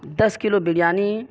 this kilo biryani